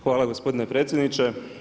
Hvala gospodine predsjedniče.